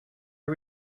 are